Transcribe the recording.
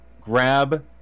grab